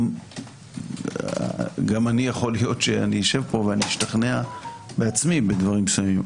גם אני יכול להיות שאשב פה ואשתכנע בעצמי בדברים מסוימים,